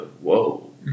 Whoa